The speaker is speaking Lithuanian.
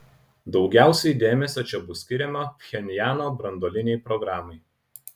daugiausiai dėmesio čia bus skiriama pchenjano branduolinei programai